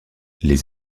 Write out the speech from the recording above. les